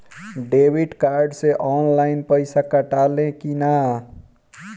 Debit card से online पैसा कटा ले कि ना?